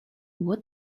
what